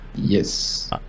yes